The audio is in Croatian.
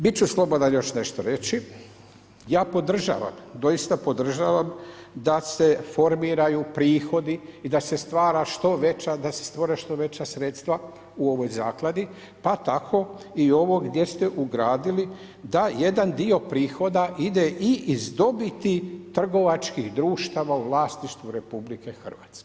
Bit ću slobodan još nešto reći, ja podržavam, doista podržavam da se formiraju prihodi i da se stvore što veća sredstva u ovoj zakladi pa tako i ovo gdje ste ugradili da jedan dio prihoda ide i iz dobiti trgovačkih društava u vlasništvu RH.